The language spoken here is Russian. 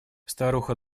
старуха